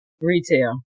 Retail